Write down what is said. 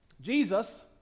Jesus